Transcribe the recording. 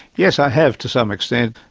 yes, i have to some extent.